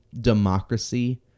democracy